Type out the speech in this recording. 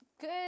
good